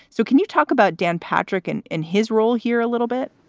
so can you talk about dan patrick and in his role here a little bit?